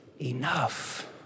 enough